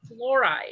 fluoride